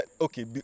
okay